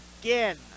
again